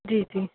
जी जी